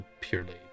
purely